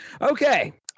okay